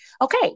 okay